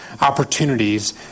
opportunities